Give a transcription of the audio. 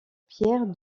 pierre